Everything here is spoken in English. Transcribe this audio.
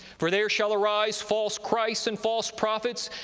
for there shall arise false christs, and false prophets,